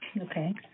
Okay